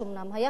היה חשש,